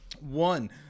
one